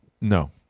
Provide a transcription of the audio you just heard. No